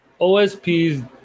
OSP's